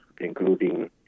including